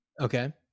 Okay